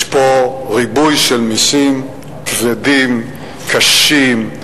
יש פה ריבוי של מסים כבדים, קשים,